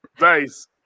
Nice